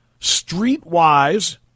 streetwise